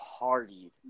partied